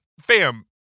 fam